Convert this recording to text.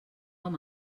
amb